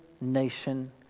nation